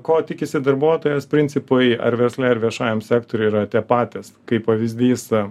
ko tikisi darbuotojas principui ar versle ir viešajam sektoriuj yra tie patys kaip pavyzdys